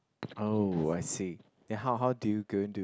oh I see then how how do you going to